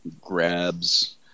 Grabs